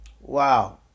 wow